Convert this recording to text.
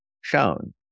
shown